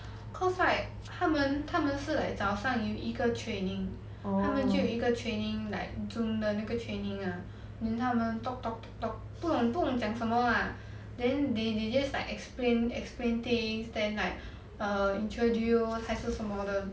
cause right 他们他们是 like 早上有一个 training 他们就有一个 training like zoom 的那个 training lah then 他们 talk talk talk talk 不懂不懂讲什么 lah then then they just like explain explain things then like err introduce 还是什么的